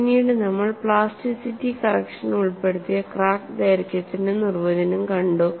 പിന്നീട് നമ്മൾ plasticity correction ഉൾപ്പെടുത്തിയ ക്രാക്ക് ദൈർഘ്യത്തിന്റെ നിർവചനം കണ്ടു